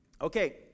okay